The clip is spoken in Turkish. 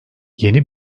yeni